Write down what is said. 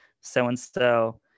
so-and-so